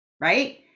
Right